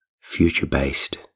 future-based